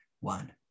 one